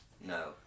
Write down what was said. No